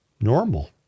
normal